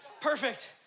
Perfect